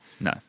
No